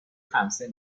خمسه